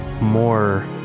more